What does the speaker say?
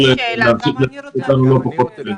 מאיר יצחק הלוי הוא מוותיקי השלטון המקומי.